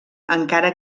encara